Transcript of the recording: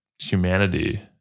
humanity